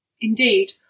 Indeed